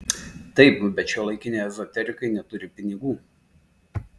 taip bet šiuolaikiniai ezoterikai neturi pinigų